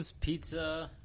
pizza